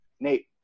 Nate